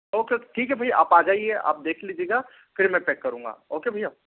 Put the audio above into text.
okay okay ठीक है भैया आप आ जाइए आप देख लीजिएगा फिर मैं पैक करूंगा ओके भैया